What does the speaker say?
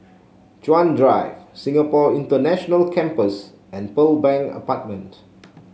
Chuan Drive Singapore International Campus and Pearl Bank Apartment